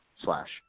Slash